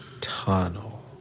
tunnel